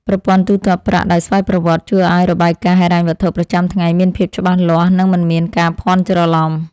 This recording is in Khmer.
ប្រព័ន្ធទូទាត់ប្រាក់ដោយស្វ័យប្រវត្តិជួយឱ្យរបាយការណ៍ហិរញ្ញវត្ថុប្រចាំថ្ងៃមានភាពច្បាស់លាស់ និងមិនមានការភាន់ច្រឡំ។